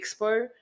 expo